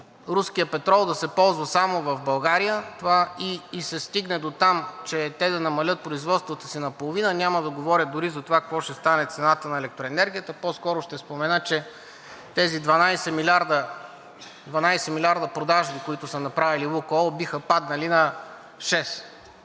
руският петрол да се ползва само в България и се стигне дотам, че те да намалят производството си наполовина, няма да говоря дори за това какво ще стане с цената на електроенергията, а по-скоро ще спомена, че тези 12 милиарда продажби, които са направили „Лукойл“, биха паднали на 6.